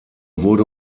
wurde